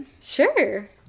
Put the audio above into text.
Sure